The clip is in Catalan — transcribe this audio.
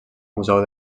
museu